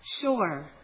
sure